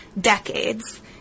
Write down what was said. decades